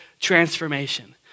transformation